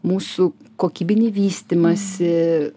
mūsų kokybinį vystymąsi